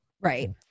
Right